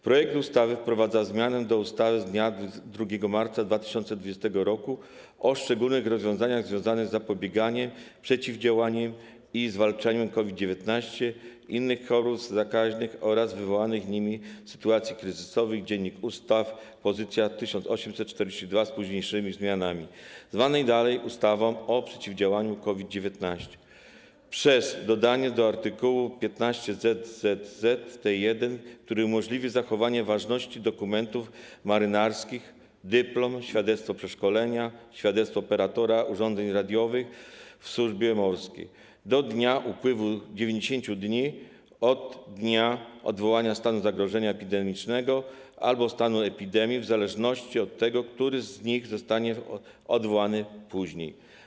Projekt ustawy wprowadza zmianę do ustawy z dnia 2 marca 2020 r. o szczególnych rozwiązaniach związanych z zapobieganiem, przeciwdziałaniem i zwalczaniem COVID-19, innych chorób zakaźnych oraz wywołanych nimi sytuacji kryzysowych, Dz. U. poz. 1842, z późn. zm., zwanej dalej ustawą o przeciwdziałaniu COVID-19, przez dodanie art. 15zzzt, , który umożliwi zachowanie ważności dokumentów marynarskich – dyplom, świadectwo przeszkolenia, świadectwo operatora urządzeń radiowych w służbie morskiej – do dnia upływu 90 dni od dnia odwołania stanu zagrożenia epidemicznego albo stanu epidemii, w zależności od tego, który z nich zostanie odwołany później.